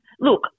Look